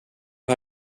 har